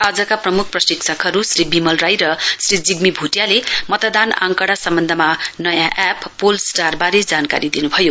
आजको प्रम्ख प्रशिक्षकहरू श्री बिमल राई र श्री जिग्मी भ्टियाले मतदान आंकडा सम्बन्धमा नयाँ एप्स पोल स्टार बारे जानकारी दिन् भयो